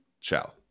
Ciao